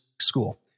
School